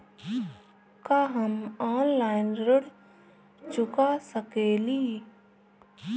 का हम ऑनलाइन ऋण चुका सके ली?